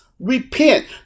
Repent